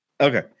Okay